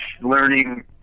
learning